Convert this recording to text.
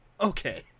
okay